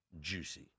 juicy